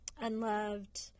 unloved